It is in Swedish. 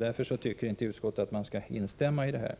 Därför tycker inte utskottet att man skall tillstyrka detta krav.